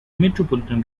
metropolitan